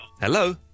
Hello